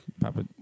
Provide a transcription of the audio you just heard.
Papa